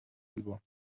über